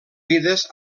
vides